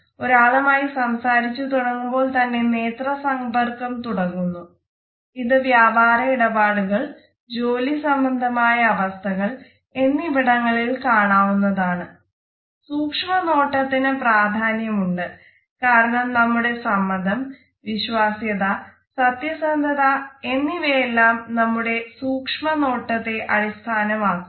ഒരാളുമായി സംസാരിച്ചു തുടങ്ങുമ്പോൾ തന്നെ നേത്ര സമ്പർക്കം തുടങ്ങുന്നു ഇത് വ്യാപാര ഇടപാടുകൾ ജോലി സംബന്ധമായ അവസ്ഥകൾ എന്നിവിടങ്ങളിൽ കാണാവുന്നതാണ് സൂക്ഷ്മ നോട്ടത്തിന് പ്രാധാന്യം ഉണ്ട് കാരണം നമ്മുടെ സമ്മതം വിശ്വാസ്യത സത്യസന്ധത എന്നിവയെല്ലാം നമ്മുടെ സൂക്ഷ്മ നോട്ടത്തെ അടിസ്ഥാനം ആക്കുന്നു